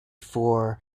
for